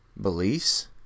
beliefs